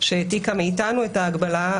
שהעתיקה מאתנו את ההגבלה,